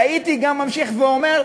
והייתי גם ממשיך ואומר,